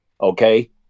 Okay